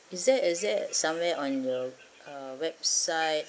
is there is there somewhere on your website